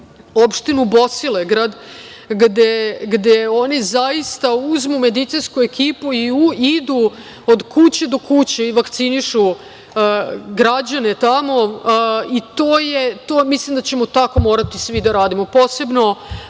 opštinu Bosilegrad gde oni zaista uzmu medicinsku ekipu i idu od kuće do kuće i vakcinišu građane tamo i mislim da ćemo tako morati svi da radimo, posebno